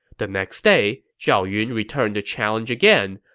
the next day, zhao yun returned to challenge again,